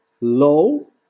low